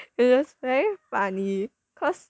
it is very funny cause